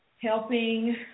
helping